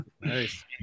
Nice